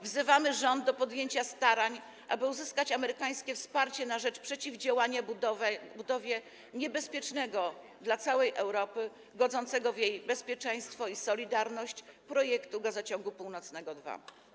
Wzywamy rząd do podjęcia starań, aby uzyskać amerykańskie wsparcie na rzecz przeciwdziałania budowie niebezpiecznego dla całej Europy, godzącego w jej bezpieczeństwo i solidarność projektu gazociągu północnego II.